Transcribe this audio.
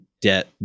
debt